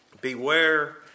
beware